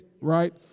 Right